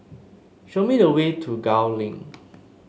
show me the way to Gul Link